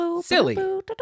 silly